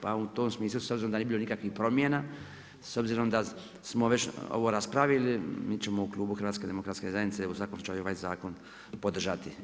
Pa u tom smislu, s obzirom da nije bilo nikakvih promjena, s obzirom da smo već ovo raspravili, mi ćemo u Klubu HDZ-a u svakom slučaju ovaj zakon podržati.